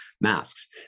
masks